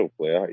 player